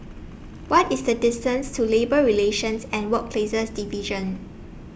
What IS The distance to Labour Relations and Workplaces Division